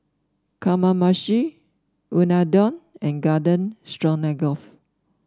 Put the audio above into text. Kamameshi Unadon and Garden Stroganoff